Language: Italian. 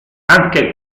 anche